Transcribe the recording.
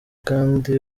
kandi